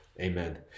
amen